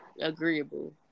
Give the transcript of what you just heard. agreeable